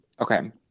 okay